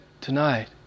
tonight